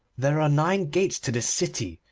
there are nine gates to this city,